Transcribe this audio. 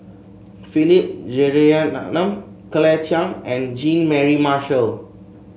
Philip Jeyaretnam Claire Chiang and Jean Mary Marshall